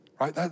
right